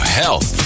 health